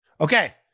Okay